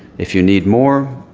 if you need more,